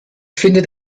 findet